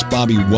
Bobby